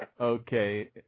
Okay